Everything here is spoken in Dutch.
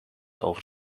over